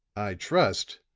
i trust,